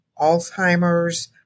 Alzheimer's